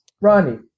Ronnie